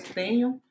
tenham